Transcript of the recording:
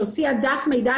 שהוציאה דף מידע,